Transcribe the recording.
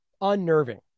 unnerving